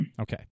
Okay